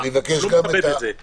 הוא לא מכבד את זה, ובצדק.